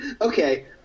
Okay